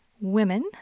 women